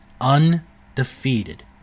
undefeated